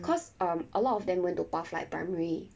cause um a lot of them went to pathlight primary